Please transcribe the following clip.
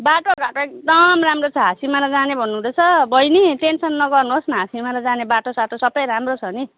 बाटोघाटो एकदम राम्रो छ हाँसिमारा जाने भन्नुहुँदैछ बहिनी टेन्सन नगर्नुहोस् न हाँसिमारा जाने बाटोसाटो सबै राम्रो छ नि